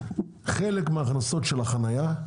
חלק מההכנסות של החנייה,